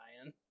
Ryan